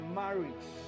marriage